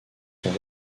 sont